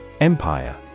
Empire